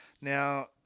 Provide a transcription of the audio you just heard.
Now